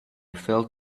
fell